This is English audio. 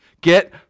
Get